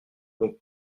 donc